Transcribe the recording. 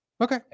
Okay